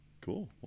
Cool